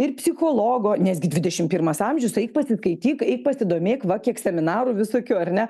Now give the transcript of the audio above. ir psichologo nes gi dvidešim pirmas amžius eik pasiskaityk eik pasidomėk va kiek seminarų visokių ar ne